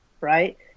right